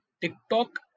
TikTok